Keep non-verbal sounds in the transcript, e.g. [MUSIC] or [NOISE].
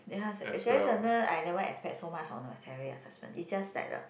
then [NOISE] actually sometimes I never expect so much on my salary assessment is just like the